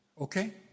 okay